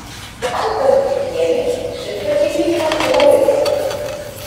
astos gricienės šis patikrinimas labai svarbus